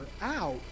out